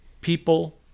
people